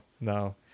no